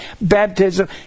baptism